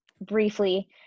briefly